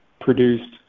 produced